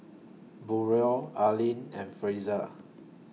Braulio Arlyn and Frazier